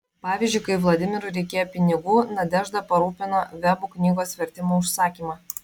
pavyzdžiui kai vladimirui reikėjo pinigų nadežda parūpino vebų knygos vertimo užsakymą